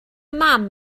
mam